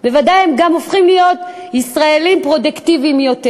בוודאי הם גם הופכים להיות ישראלים פרודוקטיביים יותר.